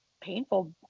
painful